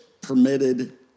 permitted